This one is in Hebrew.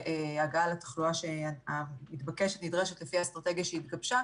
הגעה לתחלואה נדרשת לפי האסטרטגיה שהתגבשה,